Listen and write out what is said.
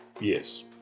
Yes